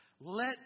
Let